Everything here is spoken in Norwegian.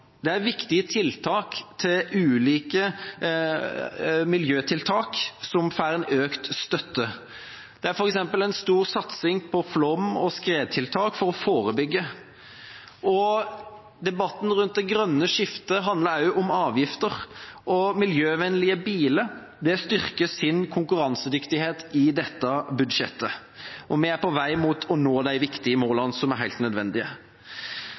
klima. Ulike, viktige miljøtiltak får økt støtte. Det er f.eks. en stor satsing på flom- og skredtiltak for å forebygge. Debatten rundt det grønne skiftet handler også om avgifter, og miljøvennlige biler får styrket sin konkurransedyktighet i dette budsjettet. Vi er på vei mot å nå de viktige målene, som er helt nødvendige.